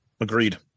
Agreed